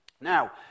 Now